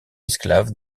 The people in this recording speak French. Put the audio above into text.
esclaves